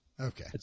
Okay